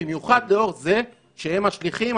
במיוחד לאור זה שהם השליחים,